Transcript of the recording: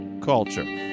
Culture